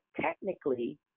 technically